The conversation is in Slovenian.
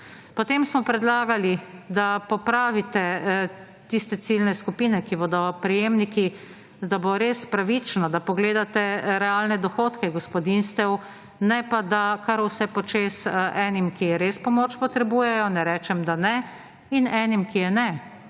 Potem smo predlagali, da popravite tiste ciljne skupine, ki bodo prejemniki, da bo res pravično, da pogledate realne dohodke gospodinjstev, ne pa, da kar vse po čez enim, ki res pomoč potrebujejo, ne rečem, da ne, in enim, ki je ne,